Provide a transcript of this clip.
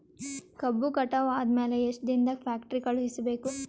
ಕಬ್ಬು ಕಟಾವ ಆದ ಮ್ಯಾಲೆ ಎಷ್ಟು ದಿನದಾಗ ಫ್ಯಾಕ್ಟರಿ ಕಳುಹಿಸಬೇಕು?